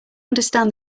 understand